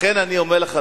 לכן אני אומר לך,